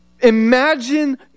imagine